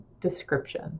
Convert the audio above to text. description